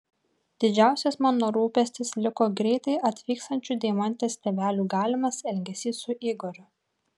didžiausias mano rūpestis liko greitai atvykstančių deimantės tėvelių galimas elgesys su igoriu